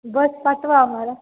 बस पाठवा आम्हाला